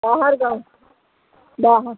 बाहर गाँव बाहर